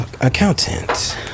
accountant